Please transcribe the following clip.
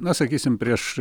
na sakysim prieš